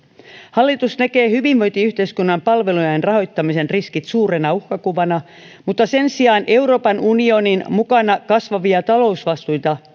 hallitus näkee hyvinvointiyhteiskunnan palvelujen rahoittamisen riskit suurena uhkakuvana mutta sen sijaan euroopan unionin mukana kasvavia talousvastuita